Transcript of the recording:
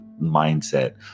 mindset